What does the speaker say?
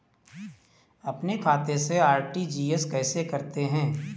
अपने खाते से आर.टी.जी.एस कैसे करते हैं?